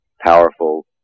powerful